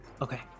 Okay